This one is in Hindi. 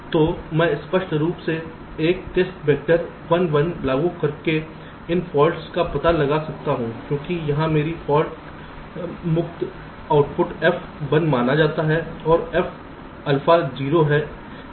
तो मैं स्पष्ट रूप से एक टेस्ट वेक्टर 1 1 को लागू करके इन फॉल्ट्स का पता लगा सकता हूं क्योंकि यहाँ मेरी फॉल्ट मुक्त आउटपुट F 1 माना जाता है और F अल्फा 0 है उनका XOR 1 है